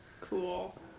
Cool